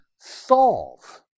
solve